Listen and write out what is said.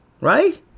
Right